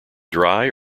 dry